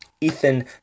Ethan